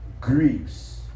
griefs